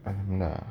and nah